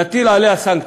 נטיל עליה סנקציות.